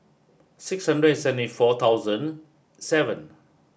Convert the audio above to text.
six hundred seventy four thousand seven